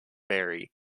berry